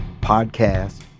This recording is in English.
podcast